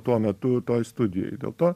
tuo metu toj studijoj dėl to